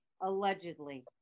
Allegedly